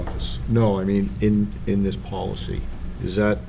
office no i mean in in this policy is that